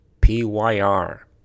PYR